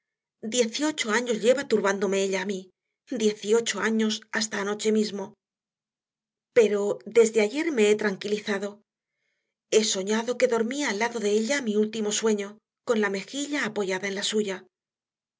dieciocho años lleva turbándome ella a mí dieciocho años hasta anoche mismo pero desde ayer me he tranquilizado he soñado que dormía al lado de ella mi último sueño con la mejilla apoyada en la suya